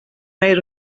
made